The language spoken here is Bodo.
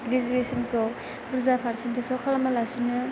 ग्रेजुवेसनखौ बुरजा पार्सेनटेजाव खालामालासिनो